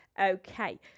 Okay